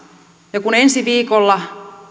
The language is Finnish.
ja kun ensi viikolla